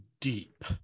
deep